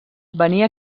venia